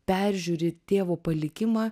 peržiūri tėvo palikimą